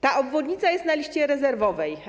Ta obwodnica jest na liście rezerwowej.